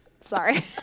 Sorry